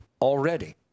already